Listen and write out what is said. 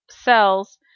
cells